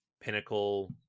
pinnacle